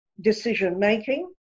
decision-making